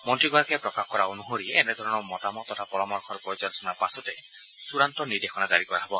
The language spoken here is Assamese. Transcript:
মন্ত্ৰীগৰাকীয়ে প্ৰকাশ কৰা অনুসৰি এনেধৰণৰ মতামত তথা পৰামৰ্শৰ পৰ্যালোচনাৰ পাছতে চূডান্ত নিৰ্দেশনা জাৰি কৰা হ'ব